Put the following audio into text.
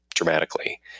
Dramatically